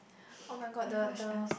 oh-my-god the the